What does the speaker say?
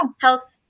Health